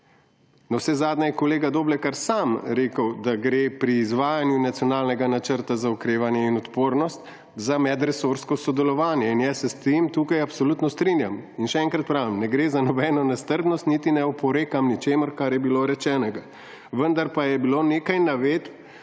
Navsezadnje je kolega Doblekar sam rekel, da gre pri izvajanju Nacionalnega načrta za okrevanje in odpornost za medresorsko sodelovanje in jaz se s tem tukaj absolutno strinjam. Še enkrat pravim, ne gre za nobeno nestrpnost niti ne oporekam ničemur, kar je bilo rečenega, vendar pa je bilo nekaj navedb